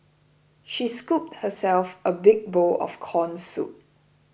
she scooped herself a big bowl of Corn Soup